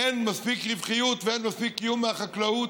אין מספיק רווחיות ואין מספיק קיום מהחקלאות,